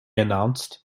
announced